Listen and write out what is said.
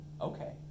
Okay